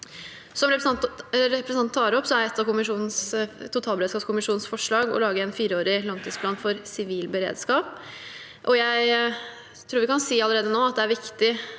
Som representanten tar opp, er et av totalberedskapskommisjonens forslag å lage en fireårig langtidsplan for sivil beredskap. Jeg tror vi allerede nå kan si at